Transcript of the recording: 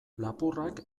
lapurrak